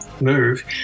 move